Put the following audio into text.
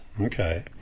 Okay